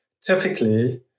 typically